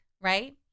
right